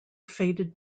faded